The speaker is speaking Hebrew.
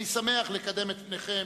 אני שמח לקדם את פניכם.